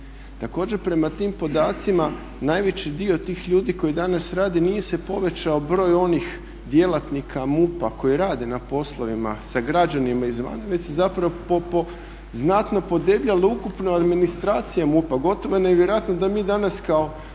Također prema tim podacima najveći dio tih ljudi koji danas rade nije se povećao broj onih djelatnika MUP-a koji rade na poslovima sa građanima iz vama već se zapravo znatno podebljalo ukupna administracija MUP-a, gotovo je nevjerojatno da mi danas kao